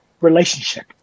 relationship